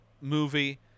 movie